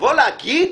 לבוא להגיד